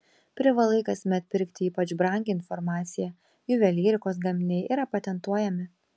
privalai kasmet pirkti ypač brangią informaciją juvelyrikos gaminiai yra patentuojami